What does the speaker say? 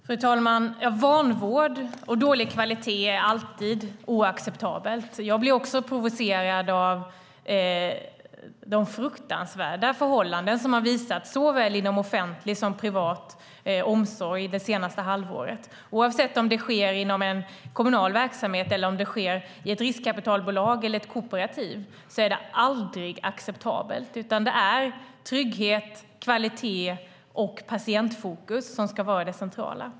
Fru talman! Vanvård och dålig kvalitet är alltid oacceptabelt. Jag blir också provocerad av de fruktansvärda förhållanden som har visat sig såväl inom offentlig som privat omsorg det senaste halvåret. Oavsett om det sker i en kommunal verksamhet eller om det sker i ett riskkapitalbolag eller ett kooperativ är det aldrig acceptabelt. Det är trygghet, kvalitet och patientfokus som ska vara det centrala.